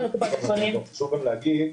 בקופת חולים אומרים --- חשוב גם להגיד,